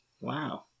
Wow